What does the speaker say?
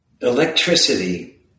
electricity